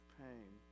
pain